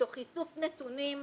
תוך איסוף נתונים.